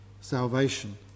salvation